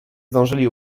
zdążyli